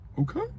okay